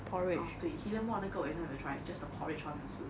ah 对 hillion mall 的那个我也还没有 try just the porridge 我还没有吃